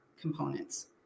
components